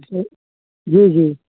जी जी जी